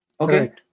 Okay